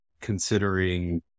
considering